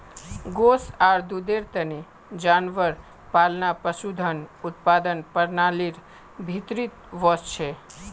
गोस आर दूधेर तने जानवर पालना पशुधन उत्पादन प्रणालीर भीतरीत वस छे